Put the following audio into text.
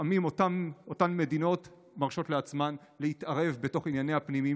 לפעמים אותן מדינות מרשות לעצמן להתערב בתוך ענייניה הפנימיים